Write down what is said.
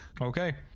Okay